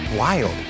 Wild